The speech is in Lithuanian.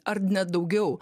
ar net daugiau